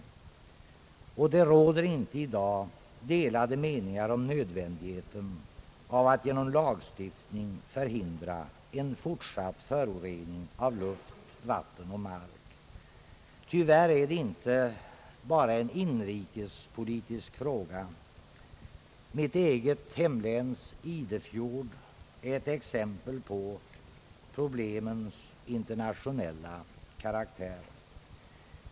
Det råder inte i dag delade meningar om nödvändigheten av att genom lagstiftning förhindra en fortsatt förorening av luft, vatten och mark. Tyvärr är detta inte bara en inrikespolitisk fråga. Mitt eget hemläns Idefjord är ett exempel på problemens internationella karaktär.